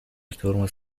ترمز